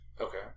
okay